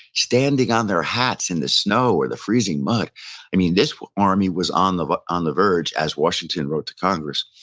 standing on their hats in the snow or the freezing mud i mean, this army was on the but on the verge, as washington wrote to congress,